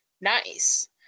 nice